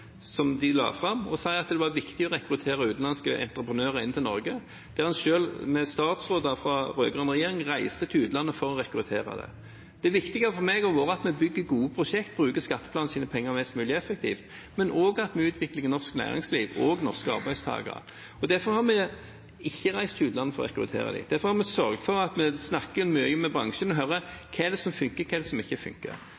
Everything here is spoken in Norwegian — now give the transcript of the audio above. som de la fram – valgte å si at det var viktig å rekruttere utenlandske entreprenører inn til Norge, der en selv, statsråder fra den rød-grønne regjeringen, reiste til utlandet for å rekruttere dem. Det viktige for meg har vært at vi bygger gode prosjekter, bruker skattebetalernes penger mest mulig effektivt, og at vi utvikler norsk næringsliv og norske arbeidstakere. Derfor har vi ikke reist til utlandet for å rekruttere, derfor har vi sørget for at vi snakker mye med bransjen og